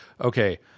Okay